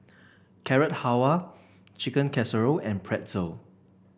Carrot Halwa Chicken Casserole and Pretzel